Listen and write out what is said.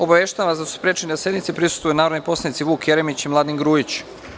Obaveštavam da su sprečeni da sednici prisustvuju narodni poslanici Vuk Jeremić i Mladen Grujić.